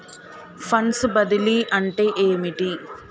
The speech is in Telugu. ఫండ్స్ బదిలీ అంటే ఏమిటి?